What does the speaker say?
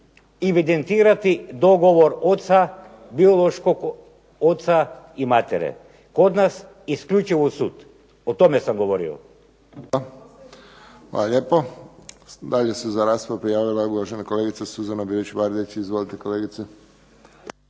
evidentirati dogovor oca biološkog oca i matere. Kod nas isključivo sud. O tome sam govorio.